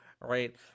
Right